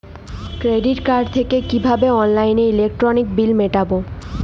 Credit card থেকে কিভাবে অনলাইনে ইলেকট্রিক বিল মেটাবো?